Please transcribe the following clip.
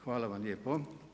Hvala vam lijepo.